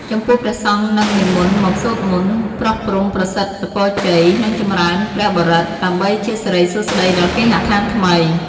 ចំពោះព្រះសង្ឃនឹងនិមន្តមកសូត្រមន្ត ប្រោះព្រំប្រសិទ្ធពរជ័យ និងចម្រើនព្រះបរិត្ត ដើម្បីជាសិរីសួស្តីដល់គេហដ្ឋានថ្មី។